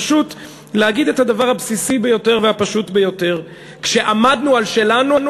פשוט להגיד את הדבר הבסיסי ביותר והפשוט ביותר: כשעמדנו על שלנו,